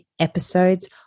episodes